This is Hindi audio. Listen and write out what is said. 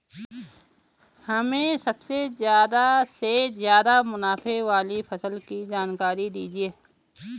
हमें सबसे ज़्यादा से ज़्यादा मुनाफे वाली फसल की जानकारी दीजिए